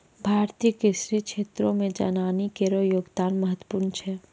भारतीय कृषि क्षेत्रो मे जनानी केरो योगदान महत्वपूर्ण छै